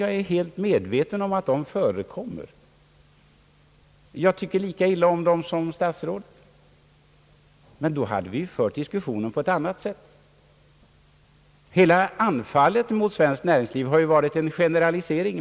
Jag är alldeles medveten om att sådana undantag förekommer, och jag tycker lika illa om dem som statsrådet, men hade vi diskuterat undantagen hade vi fört diskussionen på ett helt annat sätt. Hela anfallet mot svenskt näringsliv har varit en generalisering.